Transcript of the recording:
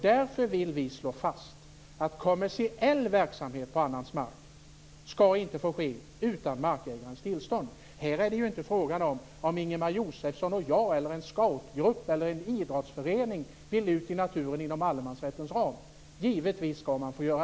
Därför vill vi slå fast att kommersiell verksamhet på annans mark inte skall få ske utan markägarens tillstånd. Här är det inte fråga om att Ingemar Josefsson och jag, en scoutgrupp eller en idrottsförening vill ut i naturen inom allemansrättens ram. Givetvis skall man få det.